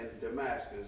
Damascus